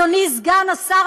אדוני סגן השר,